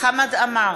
חמד עמאר,